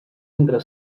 entre